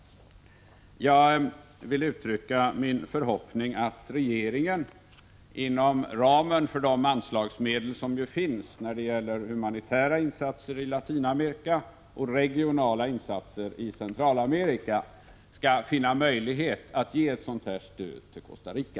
Jag vill uttrycka förhoppningen att regeringen inom ramen för de anslagsmedel som finns för humanitära insatser i Latinamerika och regionala insatser i Centralamerika kommer att finna möjlighet att ge sådant stöd till Costa Rica.